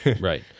Right